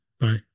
bye